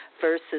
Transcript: versus